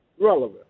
relevant